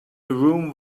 room